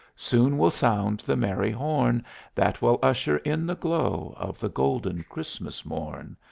soon will sound the merry horn that will usher in the glow of the golden christmas morn.